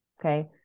okay